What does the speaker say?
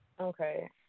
okay